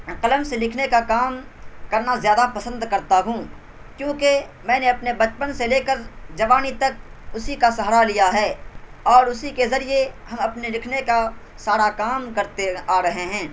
قلم سے لکھنے کا کام کرنا زیادہ پسند کرتا ہوں کیونکہ میں نے اپنے پچپن سے لے کر جوانی تک اسی کا سہارا لیا ہے اور اسی کے ذریعے ہم اپنے لکھنے کا سارا کام کرتے آ رہے ہیں